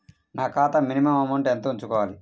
నా ఖాతా minimum amount ఎంత ఉంచుకోవాలి?